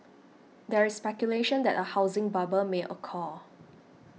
there is speculation that a housing bubble may occur